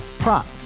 Prop